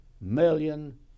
million